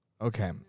Okay